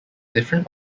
different